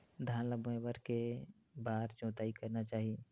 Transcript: धान ल बोए बर के बार जोताई करना चाही?